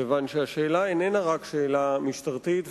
כיוון שהשאלה איננה רק שאלה משטרתית,